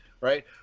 right